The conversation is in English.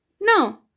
No